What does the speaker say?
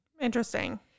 Interesting